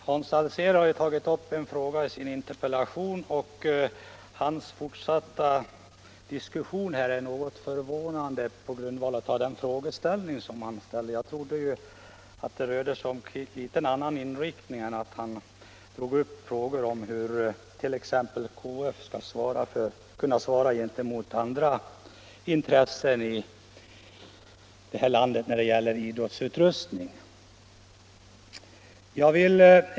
Herr talman! Herr Hans Alséns diskussion här i dag är något förvånande med hänsyn till den fråga han har ställt i sin interpellation. Jag trodde debatten skulle få en annan inriktning. Han tog i sitt anförande upp hur t.ex. KF skall kunna stå emot andra intressen här i landet när det gäller idrottsutrustning.